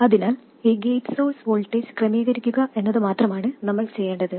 അതിനാൽ ഈ gate source voltage ക്രമീകരിക്കുക എന്നതുമാത്രമാണ് നമ്മൾ ചെയ്യേണ്ടത്